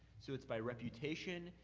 so it's by reputation.